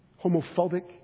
homophobic